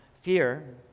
Fear